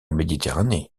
méditerranée